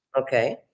Okay